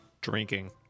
Drinking